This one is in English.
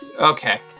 Okay